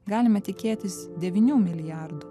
galime tikėtis devynių milijardų